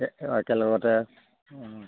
একেলগতে অঁ